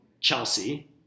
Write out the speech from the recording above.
Chelsea